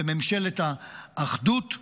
בממשלת האחדות.